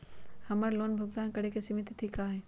हमर लोन भुगतान करे के सिमित तिथि का हई?